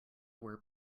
were